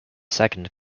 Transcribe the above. second